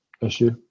issue